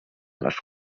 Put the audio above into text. les